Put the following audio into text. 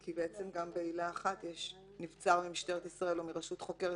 כי בעצם גם בעילה אחת נבצר ממשטרת ישראל או מרשות חוקרת